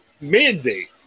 Mandate